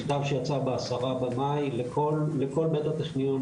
מכתב שיצא בעשרה במאי לכל בית הטכניון,